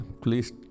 Please